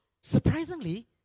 Surprisingly